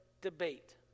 debate